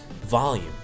volume